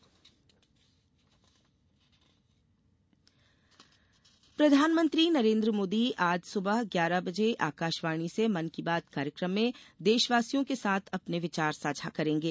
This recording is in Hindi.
मन की बात प्रधानमंत्री नरेन्द्र मोदी आज सुबह ग्यारह बजे आकाशवाणी से मन की बात कार्यक्रम में देशवासियों के साथ अपने विचार साझा करेंगे